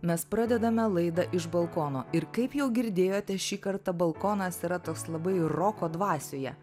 mes pradedame laidą iš balkono ir kaip jau girdėjote šį kartą balkonas yra toks labai roko dvasioje